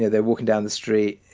they're walking down the street,